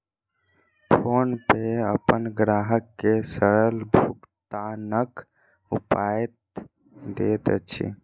PhonePe अपन ग्राहक के सरल भुगतानक उपाय दैत अछि